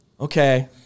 Okay